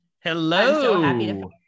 Hello